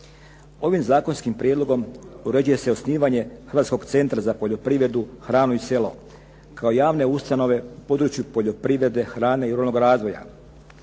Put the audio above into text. Ovim zakonskim prijedlogom uređuje se osnivanje Hrvatskog centra za poljoprivredu, hranu i selo kao javne ustanove u području poljoprivrede, hrane i ruralnog razvoja.